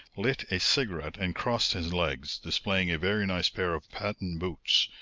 lit a cigarette and crossed his legs, displaying a very nice pair of patent boots,